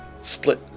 split